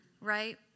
Right